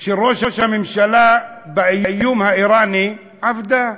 של ראש הממשלה באיום האיראני עבדה.